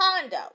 condo